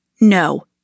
No